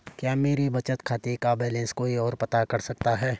क्या मेरे बचत खाते का बैलेंस कोई ओर पता कर सकता है?